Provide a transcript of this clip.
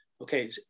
okay